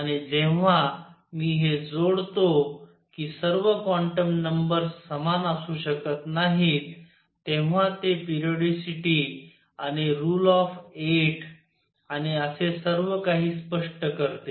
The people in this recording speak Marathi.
आणि जेव्हा मी हे जोडतो की सर्व क्वांटम नंबर्स समान असू शकत नाहीत तेव्हा ते पेरिओडीसीटी आणि रुल ऑफ 8 आणि असे सर्व काही स्पष्ट करते